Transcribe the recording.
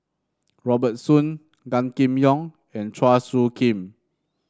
Robert Soon Gan Kim Yong and Chua Soo Khim